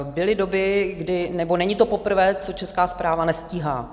Byly doby nebo není to poprvé, co Česká správa nestíhá.